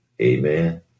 Amen